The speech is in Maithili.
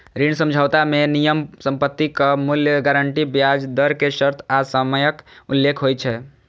ऋण समझौता मे नियम, संपत्तिक मूल्य, गारंटी, ब्याज दर के शर्त आ समयक उल्लेख होइ छै